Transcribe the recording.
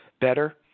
better